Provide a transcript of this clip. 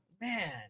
Man